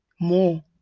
more